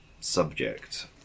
subject